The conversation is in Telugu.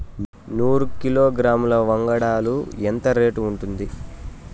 నూరు కిలోగ్రాముల వంగడాలు ఎంత రేటు ఉంటుంది?